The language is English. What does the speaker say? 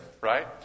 Right